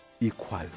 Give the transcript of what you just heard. equal